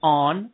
on